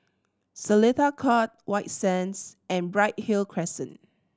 Seletar Court White Sands and Bright Hill Crescent